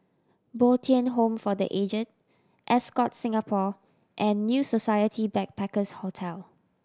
Bo Tien Home for The Aged Ascott Singapore and New Society Backpackers' Hotel